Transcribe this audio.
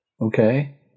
Okay